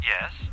Yes